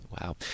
Wow